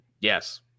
Yes